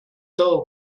thou